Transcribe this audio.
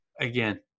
Again